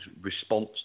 response